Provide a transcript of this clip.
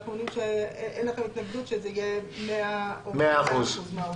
אנחנו מבינים שאין לכם התנגדות שזה יהיה 100 אחוזים מהעובדים.